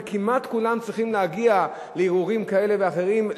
וכמעט כולם צריכים להגיע לערעורים כאלה ואחרים,